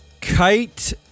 Kite